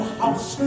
house